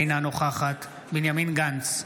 אינה נוכחת בנימין גנץ,